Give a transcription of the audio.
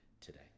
today